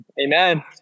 Amen